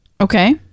Okay